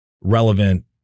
relevant